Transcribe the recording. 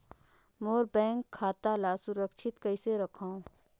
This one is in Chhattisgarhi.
मोर बैंक खाता ला सुरक्षित कइसे रखव?